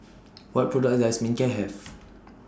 What products Does Manicare Have